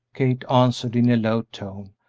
kate answered, in a low tone,